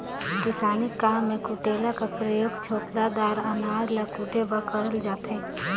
किसानी काम मे कुटेला कर परियोग छोकला दार अनाज ल कुटे बर करल जाथे